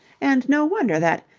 and no wonder that,